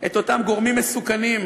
את אותם גורמים מסוכנים,